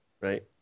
right